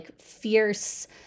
fierce